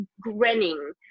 grinning